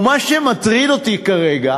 ומה שמטריד אותי כרגע,